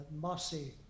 Mossy